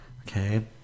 okay